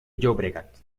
llobregat